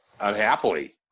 unhappily